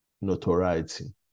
notoriety